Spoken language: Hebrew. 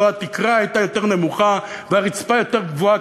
לו הייתה התקרה יותר נמוכה והרצפה יותר גבוהה,